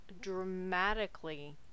dramatically